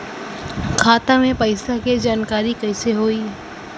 खाता मे पैसा के जानकारी कइसे होई?